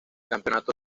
campeonato